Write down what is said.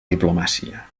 diplomàcia